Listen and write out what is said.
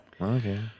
Okay